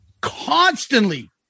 constantly